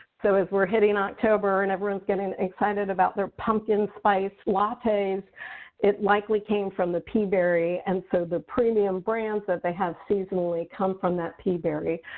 so as we're hitting october and everyone's getting excited about their pumpkin spice lattes, it likely came from the peaberry. and so the premium brands that they have seasonally come from that peaberry.